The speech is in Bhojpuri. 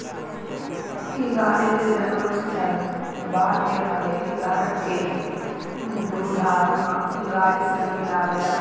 इ गाई के जनम स्थल बाड़मेर हवे इ भारत के दुधारू गाई सन में आवेले